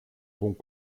bons